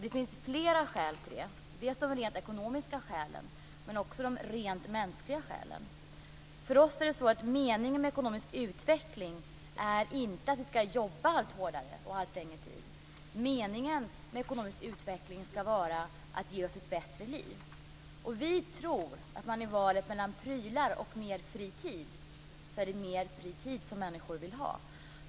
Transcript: Det finns flera skäl till det: dels de rent ekonomiska skälen, dels också de rent mänskliga skälen. För oss är meningen med ekonomisk utveckling inte att vi ska jobba allt hårdare och allt längre tid. Meningen med ekonomisk utveckling ska vara att ge oss ett bättre liv. Vi tror att i valet mellan prylar och mer fri tid är det mer fri tid som människor vill ha.